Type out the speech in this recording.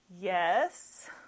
yes